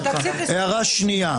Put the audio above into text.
הערה שנייה,